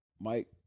Mike